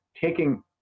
taking